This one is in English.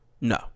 No